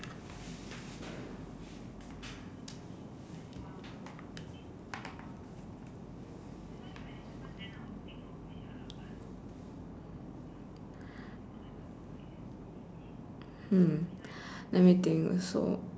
mm let me think so